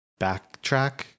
backtrack